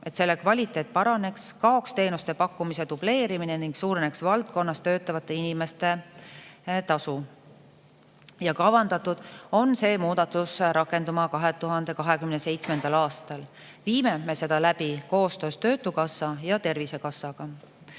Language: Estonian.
et selle kvaliteet paraneks, kaoks teenuste pakkumise dubleerimine ning suureneks valdkonnas töötavate inimeste tasu. See muudatus on kavandatud rakenduma 2027. aastal. Viime seda läbi koostöös töötukassa ja Tervisekassaga.